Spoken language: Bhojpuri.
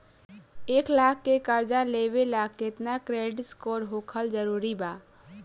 एक लाख के कर्जा लेवेला केतना क्रेडिट स्कोर होखल् जरूरी बा?